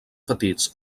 petits